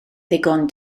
ddigon